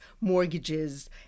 mortgages